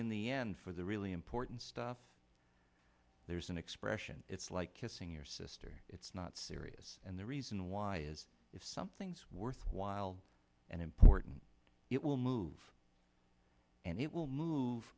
in the end for the really important stuff there's an expression it's like kissing your sister it's not serious and the reason why is if something's worthwhile and important it will move and it will move